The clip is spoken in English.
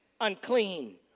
unclean